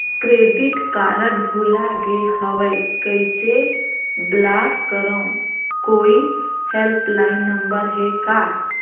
Credit card भुला गे हववं कइसे ब्लाक करव? कोई हेल्पलाइन नंबर हे का?